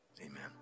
Amen